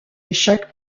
échec